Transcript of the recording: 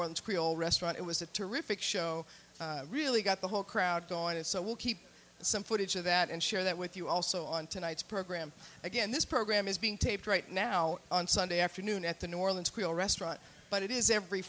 creole restaurant it was a terrific show really got the whole crowd going so we'll keep some footage of that and share that with you also on tonight's program again this program is being taped right now on sunday afternoon at the new orleans creole restaurant but it is every